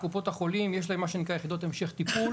לקופות החולים יש מה שנקרא יחידות המשך טיפול